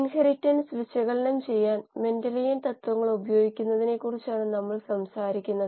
ഈ കോഴ്സിന്റെ അവസാന മൊഡ്യൂളായ മൊഡ്യൂൾ 5 നമ്മൾ ഇന്ന് ആരംഭിക്കും